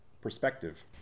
perspective